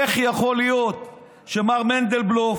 איך יכול להיות שמר מנדלבלוף,